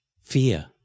Fear